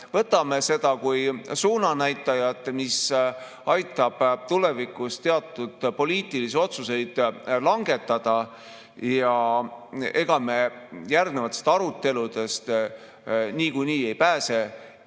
võtame seda kui suunanäitajat, mis aitab tulevikus teatud poliitilisi otsuseid langetada. Ja ega me järgnevatest aruteludest niikuinii ei pääse